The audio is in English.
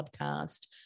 podcast